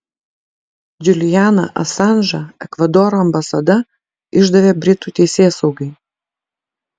džulianą asanžą ekvadoro ambasada išdavė britų teisėsaugai